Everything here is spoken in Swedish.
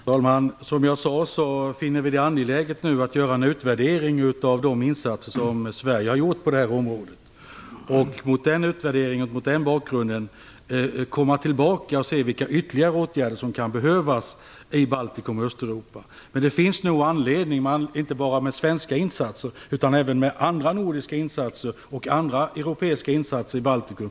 Fru talman! Vi finner vi det nu angeläget, som jag tidigare sade, att göra en utvärdering av de insatser som Sverige har gjort på detta området. Mot bakgrund av den utvärderingen avser vi att komma tillbaka och se vilka ytterligare åtgärder som kan behövas i Baltikum och Östeuropa. Det finns nog anledning att inte bara göra svenska insatser utan även andra nordiska och europeiska insatser i Baltikum.